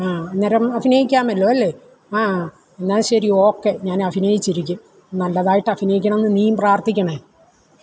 ആ അന്നേരം അഭിനയിക്കാമല്ലോ അല്ലേ ആ എന്നാല് ശരി ഓക്കെ ഞാന് അഭിനയിച്ചിരിക്കും നല്ലതായിട്ട് അഭിനയിക്കണം എന്ന് നീയും പ്രാര്ത്ഥിക്കണം